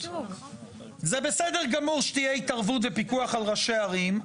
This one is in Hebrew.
זה בסדר גמור שתהיה התערבות ופיקוח על ראשי הערים,